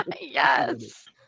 Yes